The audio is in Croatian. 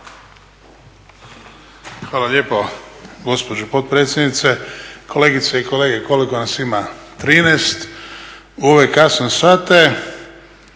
Hvala lijepo gospođo potpredsjednice. Kolegice i kolege, koliko nas ima, 13. U ovako kasne sate